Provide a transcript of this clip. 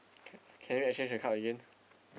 can can we exchange the card again